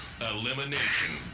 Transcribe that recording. Elimination